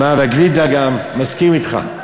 והגלידה גם, מסכים אתך.